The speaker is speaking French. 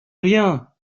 rien